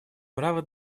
право